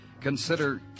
Consider